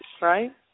Right